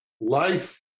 life